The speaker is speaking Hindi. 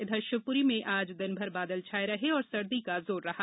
इधर शिवपुरी में आज दिनभर बादल छाये रहे और सर्दी का जोर रहा